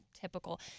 typical